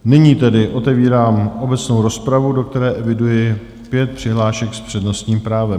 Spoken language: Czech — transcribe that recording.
Nyní tedy otevírám obecnou rozpravu, do které eviduji pět přihlášek s přednostním právem.